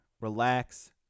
relax